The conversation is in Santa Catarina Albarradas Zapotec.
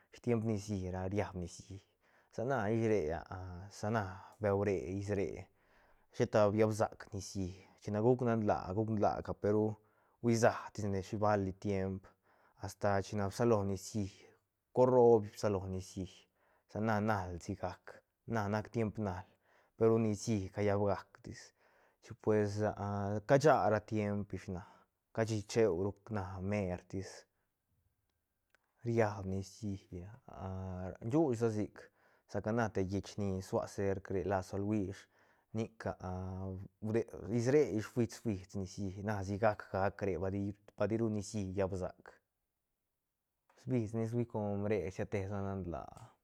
Timep nicií riab nicií sa na ish re sa na beu re ish re sheta biab sac nicií chine guc nan laa guc nlaaca pe ru huisa tisne shi bali tiemp asta chine bsalo nicií cor ro bsalo nicií sa na nal sigac na nac tiemp nal peru nicií ca llab gactis pues casha ra tiemp ish na cashi cheuru na mertis riab nicií shuuch sa sic sa ca na te lleich ni sua serc re la saluish nic is re ish fuis fuis nicií na sigac gac re bal di- diru nicií llab sac pues sbis nis hui com re siatesa nan laa.